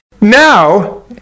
Now